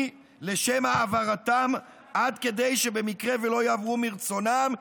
לשם העברתם עד כדי שבמקרה ולא יעברו מרצונם,